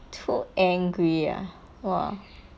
too angry ah !wah!